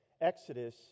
Exodus